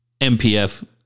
MPF